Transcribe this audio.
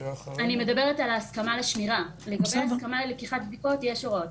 לגבי ההסכמה ללקיחת בדיקות יש הוראות.